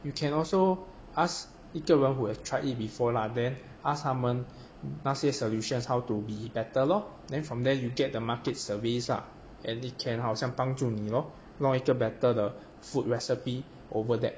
you can also ask 一个人 who have tried it before lah then ask 他们那些 solutions how to be better lor then from there you get the market surveys ah and it can 好像帮助你咯弄一个 better the food recipe over that